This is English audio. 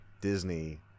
Disney